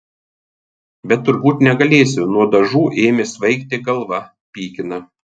bet turbūt negalėsiu nuo dažų ėmė svaigti galva pykina